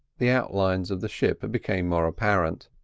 the outlines of the ship became more apparent.